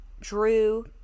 Drew